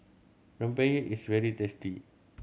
rempeyek is very tasty